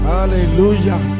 Hallelujah